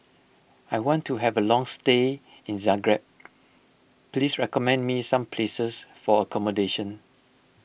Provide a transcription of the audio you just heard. I want to have a long stay in Zagreb please recommend me some places for accommodation